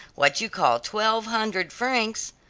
what you call twelve hundred francs.